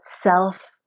self